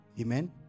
Amen